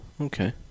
Okay